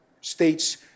state's